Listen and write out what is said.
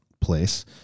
place